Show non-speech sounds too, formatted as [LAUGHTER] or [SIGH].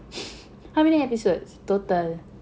[LAUGHS] how many episodes total